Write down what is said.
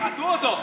סחטו אותו.